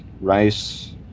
Rice